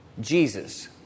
Jesus